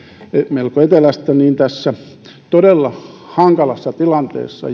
melko etelästä tässä todella hankalassa tilanteessa